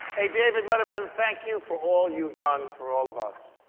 david letterman, thank you for all you've done for all of us.